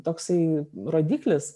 toksai rodiklis